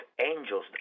angels